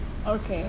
okay